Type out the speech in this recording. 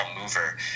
mover